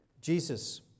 Jesus